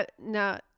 now